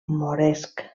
moresc